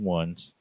ones